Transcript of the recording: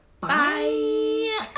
bye